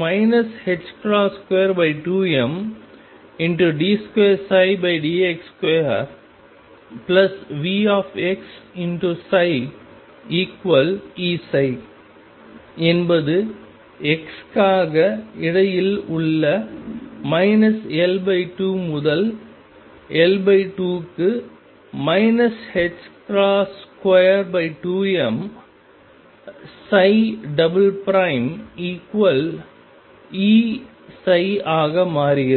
22md2dx2VxψEψ என்பது x காக இடையில் உள்ள L2 முதல் L2க்கு 22mEψஆக மாறுகிறது